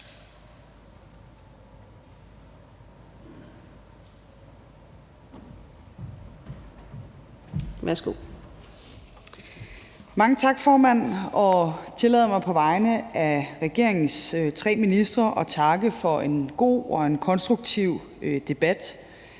Løhde): Mange tak, formand. Tillad mig på vegne af regeringens tre ministre at takke for en god og konstruktiv debat.